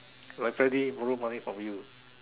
like Freddy borrow money from you